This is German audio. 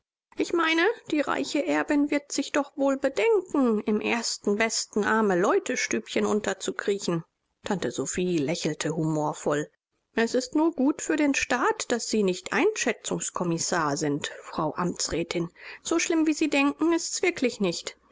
ich meine die reiche erbin wird sich doch wohl bedenken im ersten besten armeleutestübchen unterzukriechen tante sophie lächelte humorvoll es ist nur gut für den staat daß sie nicht einschätzungskommissar sind frau amtsrätin so schlimm wie sie denken ist's wirklich nicht